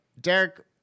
Derek